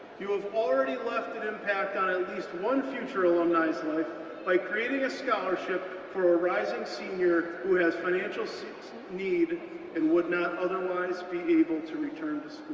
you have already left an impact on at least one future alumni's life by creating a scholarship for a rising senior who has financial so need and would not otherwise be able to return to